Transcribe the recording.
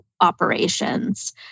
operations